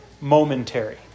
Momentary